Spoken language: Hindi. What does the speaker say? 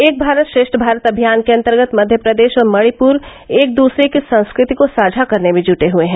एक भारत श्रेष्ठ भारत अभियान के अन्तर्गत मध्यप्रदेश और मणिपुर एक दूसरे की संस्कृति को साझा करने में जुटे हैं